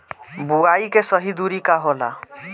बुआई के सही दूरी का होला?